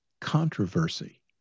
controversy